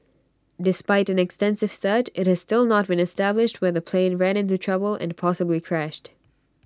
despite an extensive search IT has still not been established where the plane ran into trouble and possibly crashed